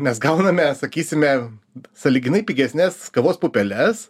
mes gauname sakysime sąlyginai pigesnes kavos pupeles